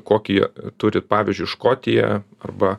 kokį turi pavyzdžiui škotija arba